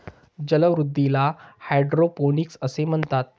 जलवृद्धीला हायड्रोपोनिक्स असे म्हणतात